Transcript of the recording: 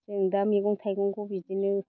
जों दा मैगं थाइगंखौ बिदिनो